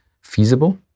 feasible